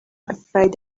afraid